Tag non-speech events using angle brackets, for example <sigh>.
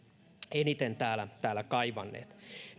eniten täällä <unintelligible> täällä kaivanneet